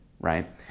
right